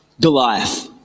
Goliath